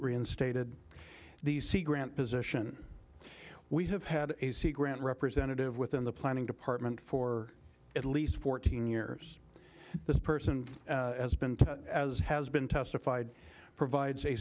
reinstated the c grant position we have had a secret representative within the planning department for at least fourteen years this person has been as has been testified provides a